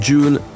June